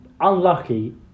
unlucky